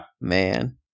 Man